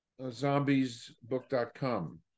zombiesbook.com